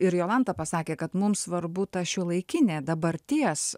ir jolanta pasakė kad mums svarbu ta šiuolaikinė dabarties